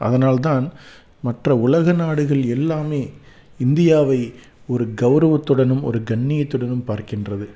அதனால் தான் மற்ற உலக நாடுகள் எல்லாமே இந்தியாவை ஒரு கௌரவத்துடனும் ஒரு கண்ணியத்துடனும் பார்க்கின்றது